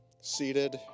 seated